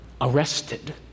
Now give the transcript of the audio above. arrested